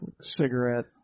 Cigarette